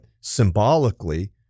symbolically